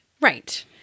Right